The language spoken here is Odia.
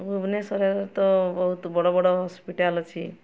ଭୁବନେଶ୍ୱରରେ ତ ବହୁତ ବଡ଼ ବଡ଼ ହସ୍ପିଟାଲ୍ ଅଛି